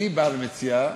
אני מציע,